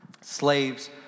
slaves